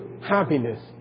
happiness